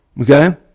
Okay